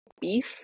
beef